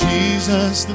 Jesus